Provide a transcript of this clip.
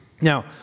Now